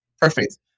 Perfect